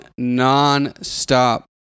nonstop